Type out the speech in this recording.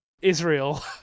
Israel